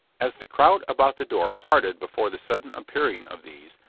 as the crowd about the door parted before the sudden appearing of these,